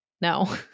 No